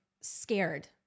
scared